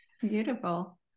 Beautiful